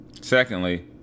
Secondly